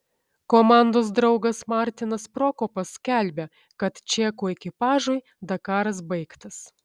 komandos draugas martinas prokopas skelbia kad čekų ekipažui dakaras baigtas